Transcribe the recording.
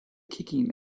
kicking